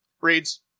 reads